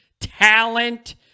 Talent